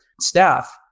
staff